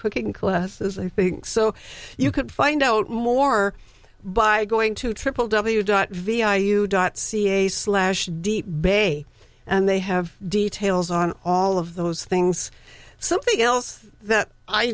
cooking classes i think so you could find out more by going to triple w dot vi you dot ca slash deep bay and they have details on all of those things something else that i